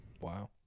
Wow